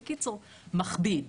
בקיצור, זה מכביד.